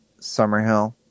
Summerhill